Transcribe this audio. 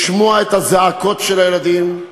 לשמוע את הזעקות של הילדים,